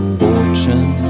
fortune